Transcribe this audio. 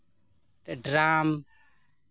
ᱥᱮ ᱰᱨᱟᱢ